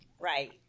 Right